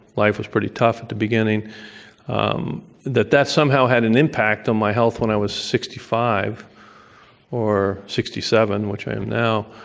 life was pretty tough at the beginning that that somehow had an impact on my health when i was sixty five or sixty seven, which i am now,